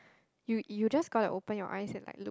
you you just go and open your eyes and likes look